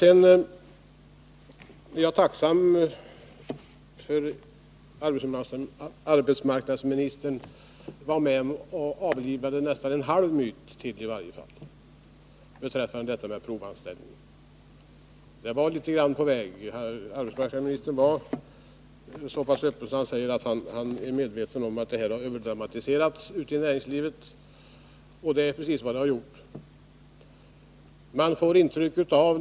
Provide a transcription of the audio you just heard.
Jag är tacksam för att arbetsmarknadsministern ville vara med om att åtminstone till hälften avliva en myt beträffande provanställningarna. Arbetsmarknadsministern var så pass öppen att han sade att han är medveten om att saken har överdramatiserats ute i näringslivet, och det är precis vad som har skett.